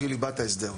שהיא ליבת ההסדר.